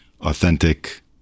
authentic